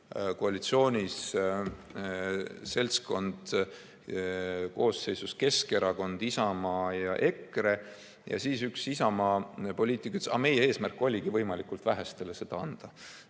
koalitsioonis seltskond koosseisus Keskerakond, Isamaa ja EKRE. Ja siis üks Isamaa poliitik ütles, et nende eesmärk oligi võimalikult vähestele seda anda.